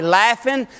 laughing